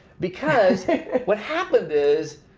because what happened is,